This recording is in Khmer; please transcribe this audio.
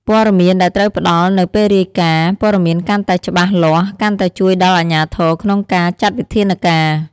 ព័ត៌មានដែលត្រូវផ្ដល់នៅពេលរាយការណ៍ ព័ត៌មានកាន់តែច្បាស់លាស់ កាន់តែជួយដល់អាជ្ញាធរក្នុងការចាត់វិធានការ។